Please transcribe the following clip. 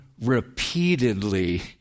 repeatedly